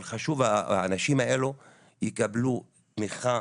אבל חשוב שהאנשים האלה יקבלו תמיכה,